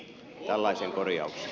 tällainen korjaus